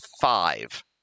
five